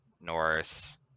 Norse